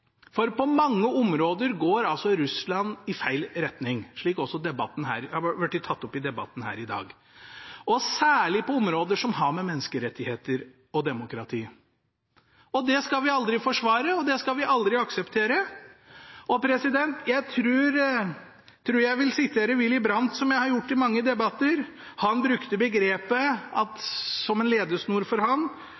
På mange områder går Russland i feil retning – noe som også har vært tatt opp i debatten her i dag – og særlig på områder som har med menneskerettigheter og demokrati å gjøre. Det skal vi aldri forsvare. Det skal vi aldri akseptere. Jeg tror jeg vil sitere Willy Brandt, som jeg har gjort i mange debatter. Han brukte begrepet «forandring gjennom tilnærming». Det hadde vært en rettesnor for ham at